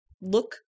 look